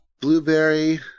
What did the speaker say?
blueberry